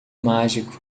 mágico